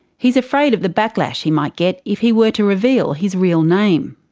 he's afraid of the backlash he might get if he were to reveal his real name.